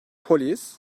polis